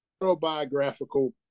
autobiographical